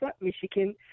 Michigan